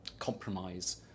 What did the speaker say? Compromise